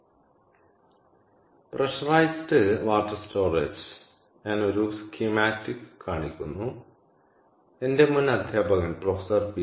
അതിനാൽ pressurised water storage വീണ്ടും ഞാൻ ഒരു സ്കീമാറ്റിക് കാണിക്കുന്നു എന്റെ മുൻ അധ്യാപകൻ പ്രൊഫസർ പി